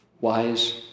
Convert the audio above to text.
Wise